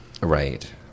Right